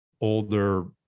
older